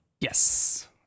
Yes